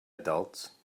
adults